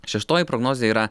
šeštoji prognozė yra